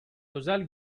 özel